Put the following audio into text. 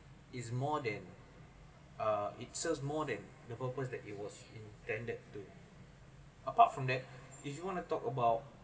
is more than uh it serve more than the purpose that it was intended to apart from that if you want to talk about